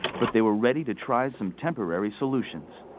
but they were ready to try some temporary solutions.